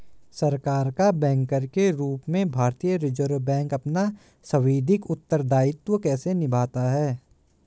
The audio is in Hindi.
सरकार का बैंकर के रूप में भारतीय रिज़र्व बैंक अपना सांविधिक उत्तरदायित्व कैसे निभाता है?